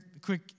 quick